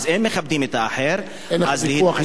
אז אם מכבדים את האחר, אין על זה ויכוח.